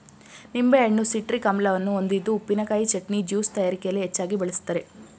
ನಿಂಬೆಹಣ್ಣು ಸಿಟ್ರಿಕ್ ಆಮ್ಲವನ್ನು ಹೊಂದಿದ್ದು ಉಪ್ಪಿನಕಾಯಿ, ಚಟ್ನಿ, ಜ್ಯೂಸ್ ತಯಾರಿಕೆಯಲ್ಲಿ ಹೆಚ್ಚಾಗಿ ಬಳ್ಸತ್ತರೆ